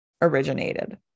originated